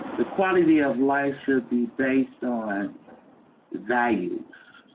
the quality of life should be based on values.